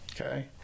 okay